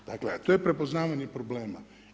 A, dakle, to je prepoznavanje problema.